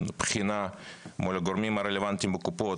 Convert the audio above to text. ובחינה מול הגורמים הרלוונטיים בקופות,